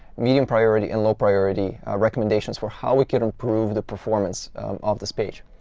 medium-priority, and low-priority recommendations for how we could improve the performance of this page,